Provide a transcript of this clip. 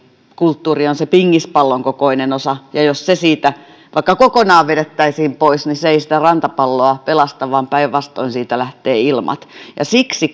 kulttuuri on sen pingispallon kokoinen osa ja jos se siitä vaikka kokonaan vedettäisiin pois niin se ei sitä rantapalloa pelasta vaan päinvastoin siitä lähtee ilmat siksi